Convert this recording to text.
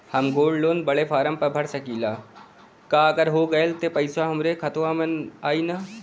हम gold loan बड़े form भर सकी ला का अगर हो गैल त पेसवा हमरे खतवा में आई ना?